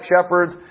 shepherds